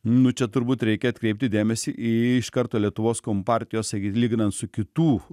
nu čia turbūt reikia atkreipti dėmesį į iš karto lietuvos kompartijos sakyt lyginant su kitų